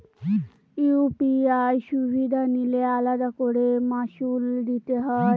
UPI সুবিধা নিলে আলাদা করে মাসুল দিতে হয়?